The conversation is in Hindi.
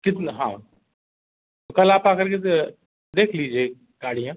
कितना हाँ तो कल आप आकर के देख लीजिए गाड़ियाँ